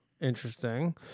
Interesting